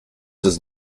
does